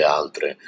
altre